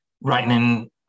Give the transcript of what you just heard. writing